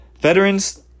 Veterans